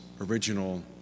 original